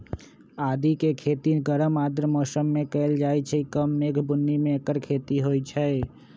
आदिके खेती गरम आर्द्र मौसम में कएल जाइ छइ कम मेघ बून्नी में ऐकर खेती होई छै